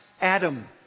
Adam